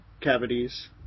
cavities